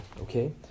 okay